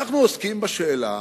אנחנו עוסקים בשאלה